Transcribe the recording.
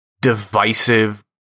divisive-